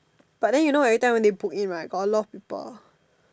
but then you know every time when they book in right got a lot of people